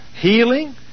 healing